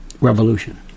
revolution